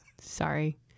Sorry